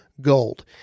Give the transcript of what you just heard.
Gold